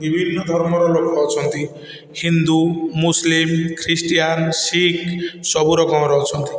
ବିଭିନ୍ନ ଧର୍ମର ଲୋକ ଅଛନ୍ତି ହିନ୍ଦୁ ମୁସଲିମ ଖ୍ରୀଷ୍ଟିଆନ ଶିଖ ସବୁ ରକମର ଅଛନ୍ତି